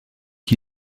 qui